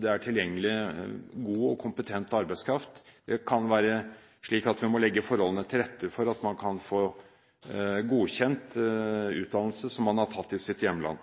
det er tilgengelig god og kompetent arbeidskraft. Det kan være slik at vi må legge forholdene til rette for at man kan få godkjent utdannelse som man har tatt i sitt hjemland.